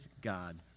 God